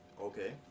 okay